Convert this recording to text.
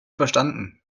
verstanden